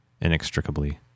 inextricably